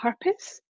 purpose